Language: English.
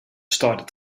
started